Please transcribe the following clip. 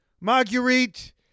Marguerite